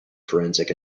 forensic